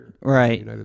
Right